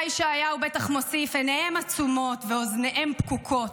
היה ישעיהו בטח מוסיף: עיניהם עצומות ואוזניהם פקוקות.